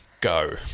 Go